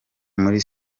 muri